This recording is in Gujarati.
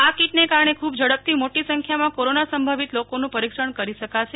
આ કીટને કારણે ખૂબ ઝડપથી મોટી સંખ્યામાં કોરોના સંભવિત લોકોનું પરિક્ષણ કરી શકાશે